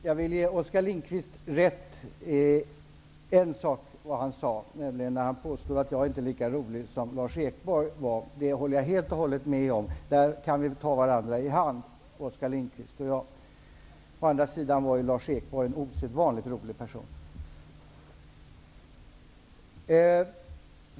Herr talman! Jag vill ge Oskar Lindkvist rätt på en punkt, nämligen när han påstod att jag inte är lika rolig som Lars Ekborg var. På den punkten kan Oskar Lindkvist och jag ta varandra i hand. Å andra sidan var Lars Ekborg en osedvanligt rolig person.